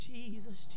Jesus